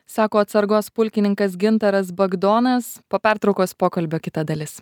sako atsargos pulkininkas gintaras bagdonas po pertraukos pokalbio kita dalis